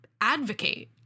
advocate